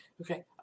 Okay